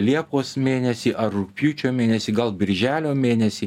liepos mėnesį ar rugpjūčio mėnesį gal birželio mėnesį